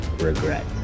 regret